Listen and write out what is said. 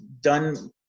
done